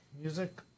music